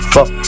Fuck